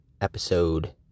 episode